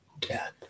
death